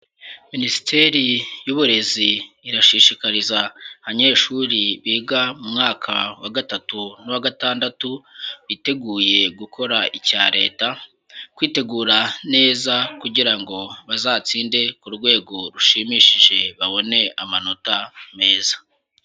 Minisiteri y'uburezi irashishikariza abanyeshuri biga mu mwaka wa gatatu n'uwa gatandatu biteguye gukora icya Leta, kwitegura neza kugira ngo bazatsinde ku rwego rushimishije babone amanota meza.